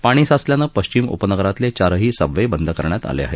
पाणी साचल्यानं पश्चिम उपनगरांतले चारही सबवे बंद करण्यात आले आहेत